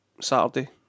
Saturday